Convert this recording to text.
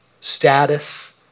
status